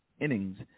innings